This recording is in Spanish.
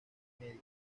media